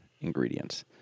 ingredients